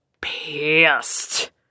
pissed